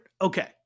okay